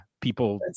people